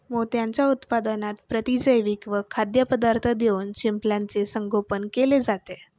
मोत्यांच्या उत्पादनात प्रतिजैविके व खाद्यपदार्थ देऊन शिंपल्याचे संगोपन केले जाते